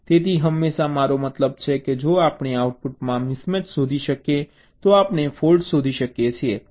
તેથી હંમેશા મારો મતલબ છે કે જો આપણે આઉટપુટમાં મિસમેચ શોધી શકીએ તો આપણે ફૉલ્ટ શોધી શકીએ છીએ